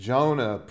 Jonah